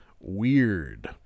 weird